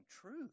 truth